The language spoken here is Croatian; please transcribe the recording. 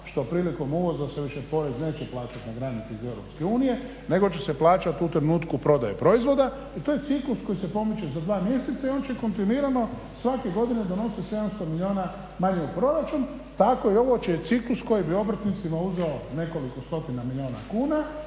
što prilikom uvoza se više porez neće plaćat na granici iz EU, nego će se plaćat u trenutku prodaje proizvoda i to je ciklus koji se pomiče za 2 mjeseca i on će kontinuirano svake godine donosit 700 milijuna manje u proračun, tako je i ovo čiji je ciklus koji bi obrtnicima uzeo nekoliko stotina milijuna kuna,